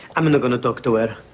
i'm and going to talk to it.